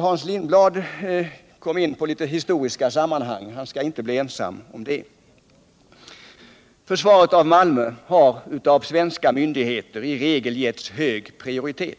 Hans Lindblad kom in på litet historiska sammanhang. Han skall inte bli ensam om det. Försvaret av Malmö har av svenska myndigheter i regel getts hög prioritet.